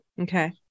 Okay